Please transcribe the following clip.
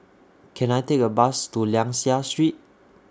Can I Take A Bus to Liang Seah Street